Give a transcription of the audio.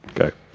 Okay